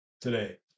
today